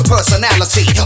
Personality